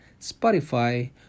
spotify